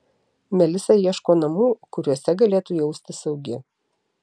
melisa ieško namų kuriuose galėtų jaustis saugi